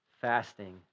fasting